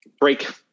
break